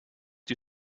die